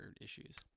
issues